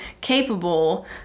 capable